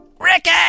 Ricky